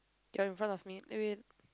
you're in front of me let me in